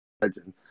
legend